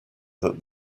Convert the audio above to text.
that